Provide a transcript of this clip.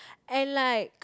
and like